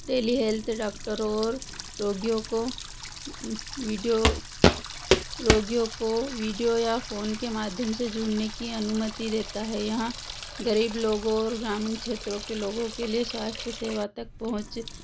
tele health डॉक्टरों और रोगियों को वीडियो रोगियों को वीडियो या फोन के माध्यम से जुड़ने की अनुमति देता है यहाँ गरीब लोगों और ग्रामीण क्षेत्रो के लोगों के लिए स्वास्थ्य सेवा तक पहुँच